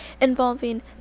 Involving